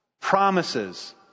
promises